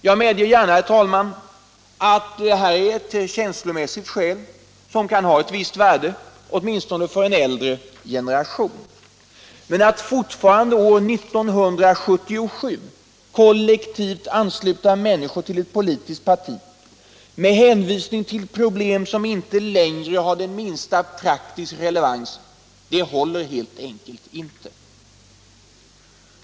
Jag medger gärna, herr talman, att det här är ett känslomässigt skäl som kan ha ett visst värde åtminstone för en äldre generation, men att fortfarande år 1977 kollektivt ansluta människor till ett politiskt parti med hänvisning till problem som inte längre har den minsta praktiska relevans håller helt enkelt inte.